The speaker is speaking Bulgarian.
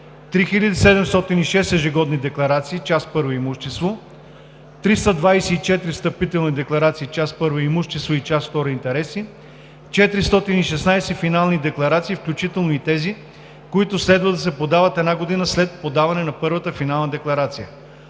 3706 ежегодни декларации – част I: Имущество; - 324 встъпителни декларации – част I: Имущество, и част II: Интереси; - 416 финални декларации, включително и тези, които следва да се подават една година след подаване на първата финална декларация;